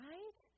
Right